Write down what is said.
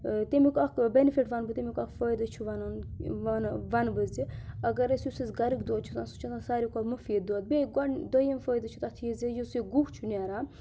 تَمیُک اَکھ بٮ۪نِفِٹ وَنہٕ بہٕ تمیُٚک اَکھ فٲیدٕ چھُ وَنُن وَنہ وَنہٕ بہٕ زِ اگر أسۍ یُس اَسہِ گَریُٚک دۄد چھُ آسان سُہ چھُ آسان ساروی کھۄتہٕ مُفیٖد دۄد بیٚیہِ گۄڈ دوٚیُم فٲیدٕ چھُ تَتھ یہِ زِ یُس یہِ گُہہ چھُ نیران